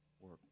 work